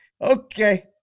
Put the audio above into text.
Okay